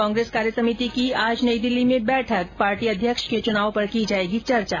कांग्रेस कार्य समिति की आज नई दिल्ली में बैठक पार्टी अध्यक्ष के चुनाव पर की जाएगी चर्चा